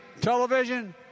television